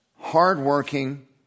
hardworking